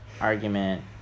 argument